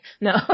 No